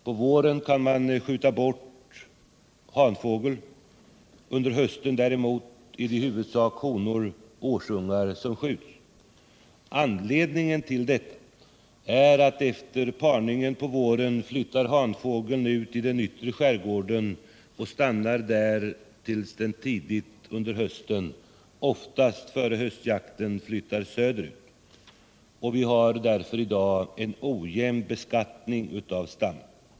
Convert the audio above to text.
På våren kan man skjuta bort hanfåglarna. Under hösten däremot är det i huvudsak honor och årsungar som skjuts. Anledningen till detta är att efter parningen på våren hanfåglarna flyttar ut i den yttre skärgården och stannar där tills de tidigt under hösten, oftast före höstjakten, flyttar söderut. Vi har därför en ojämn beskattning av stammen i dag.